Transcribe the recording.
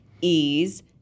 ease